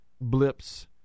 blips